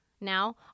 now –